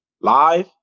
Live